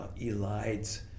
elides